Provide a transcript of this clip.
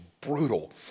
brutal